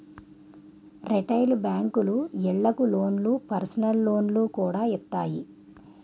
retail బేంకులు ఇళ్ళకి లోన్లు, పర్సనల్ లోన్లు కూడా ఇత్తాయి